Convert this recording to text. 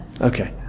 Okay